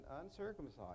uncircumcised